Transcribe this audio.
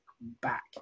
back